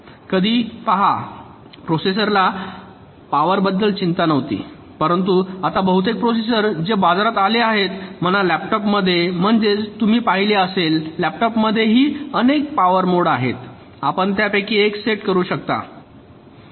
आधी पहा प्रोसेसरला पॉवरबद्दल चिंता नव्हती परंतु आता बहुतेक प्रोसेसर जे बाजारात आले आहेत म्हणा लॅपटॉपमध्ये म्हणजेच तुम्ही पाहिले असेल लॅपटॉपमध्येही अनेक पॉवर मोड आहेत आपण त्यापैकी एक सेट करू शकता